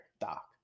Doc